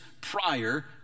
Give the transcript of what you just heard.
prior